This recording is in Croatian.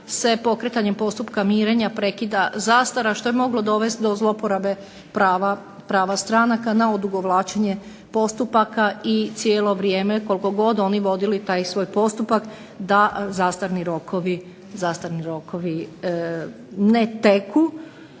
se pokretanjem postupka mirenja prekida zastara što bi moglo dovesti do zloporabe prava stranaka na odugovlačenje postupaka i cijelo vrijeme koliko god oni vodili taj svoj postupak da zastarni rokovi ne teku.